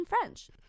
french